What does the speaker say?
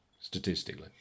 statistically